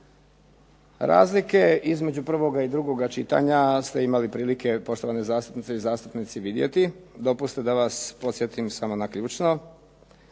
Razlike između prvoga i drugoga čitanja ste imali prilike, poštovane zastupnice i zastupnici vidjeti. Dopustite da vas podsjetim samo na ključno.